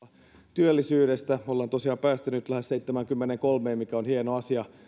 työllisyydestä ollaan tosiaan päästy nyt lähes seitsemäänkymmeneenkolmeen prosenttiin mikä on hieno asia